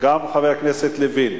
גם חבר הכנסת לוין.